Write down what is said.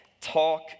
talk